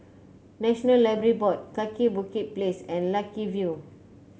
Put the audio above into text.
National Library Board Kaki Bukit Place and Lucky View